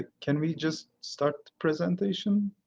ah can we just start presentation?